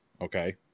Okay